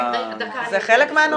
זה חלק מהנושא.